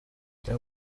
there